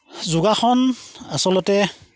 যোগাসন আচলতে